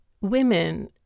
Women